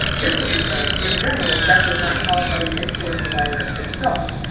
this was because, in general, death was not caused by the influenza virus itself,